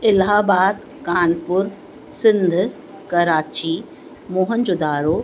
इलाहाबाद कानपुर सिंध कराची मोहन जो दारो